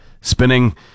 spinning